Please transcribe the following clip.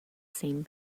same